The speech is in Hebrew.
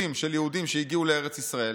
טפטופים של יהודים שהגיעו לארץ ישראל,